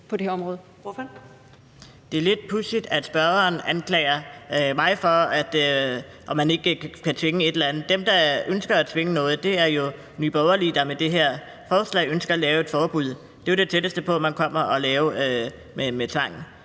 Det er lidt pudsigt, at spørgeren anklager mig for at tvinge til et eller andet. Dem, der ønsker at tvinge noget igennem, er jo Nye Borgerlige, der med det her forslag ønsker at lave et forbud. Det er det tætteste, man kommer på at lave noget med tvang.